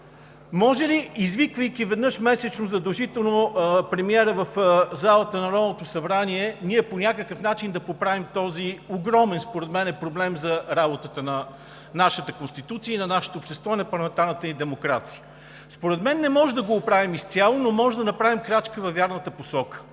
Може ли, извиквайки задължително веднъж месечно премиера в залата на Народното събрание, ние по някакъв начин да поправим този огромен според мен проблем за работата на Конституцията ни, на обществото ни и на парламентарната ни демокрация? Според мен не можем да го оправим изцяло, но можем да направим крачка във вярната посока.